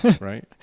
Right